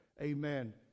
Amen